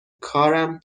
کارم